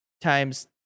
times